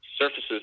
surfaces